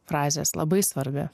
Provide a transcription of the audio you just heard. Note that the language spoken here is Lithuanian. frazės labai svarbi